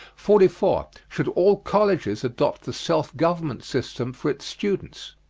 forty four. should all colleges adopt the self-government system for its students?